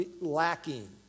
lacking